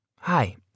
Hi